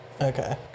Okay